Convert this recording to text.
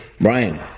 Brian